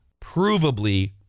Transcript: provably